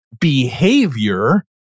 behavior